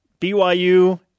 BYU